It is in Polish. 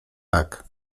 tak